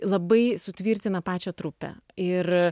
labai sutvirtina pačią trupę ir